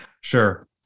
Sure